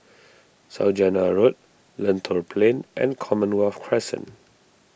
Saujana Road Lentor Plain and Commonwealth Crescent